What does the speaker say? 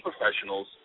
professionals